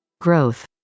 Growth